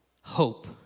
hope